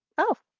oh,